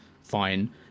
fine